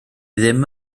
ddim